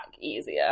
easier